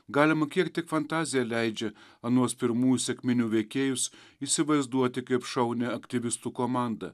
galima kiek tik fantazija leidžia anuos pirmųjų sekminių veikėjus įsivaizduoti kaip šaunią aktyvistų komandą